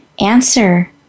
answer